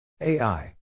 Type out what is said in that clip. AI